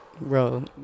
Bro